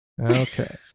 Okay